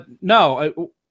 no